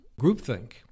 groupthink